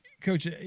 Coach